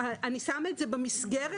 אני שמה את זה במסגרת,